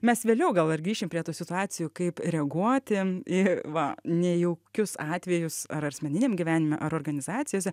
mes vėliau gal ir grįšim prie tų situacijų kaip reaguoti į va nejaukius atvejus ar asmeniniam gyvenime ar organizacijose